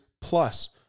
plus